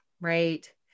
Right